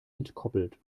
entkoppelt